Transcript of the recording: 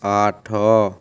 ଆଠ